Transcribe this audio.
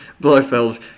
Blofeld